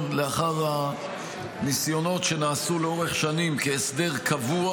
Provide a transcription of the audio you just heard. לאחר הניסיונות שנעשו לאורך שנים כהסדר קבוע,